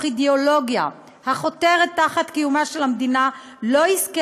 אידאולוגיה החותרת תחת קיומה של המדינה לא יזכה